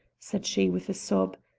said she with a sob.